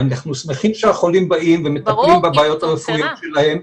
אנחנו שמחים שהחולים באים ומטפלים בבעיות הרפואיות שלהם,